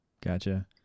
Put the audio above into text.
Gotcha